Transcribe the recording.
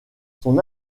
son